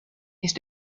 ist